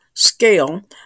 scale